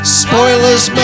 spoilers